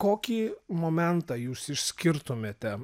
kokį momentą jūs išskirtumėte